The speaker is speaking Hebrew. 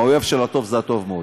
האויב של הטוב זה הטוב מאוד.